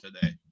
today